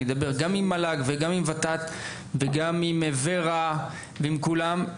אני אדבר גם עם המל"ג וגם עם הוות"ת וגם עם ור"ה ועם כולם.